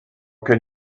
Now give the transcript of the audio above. can